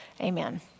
Amen